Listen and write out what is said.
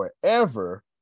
forever